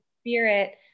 spirit